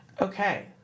Okay